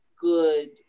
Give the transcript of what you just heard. good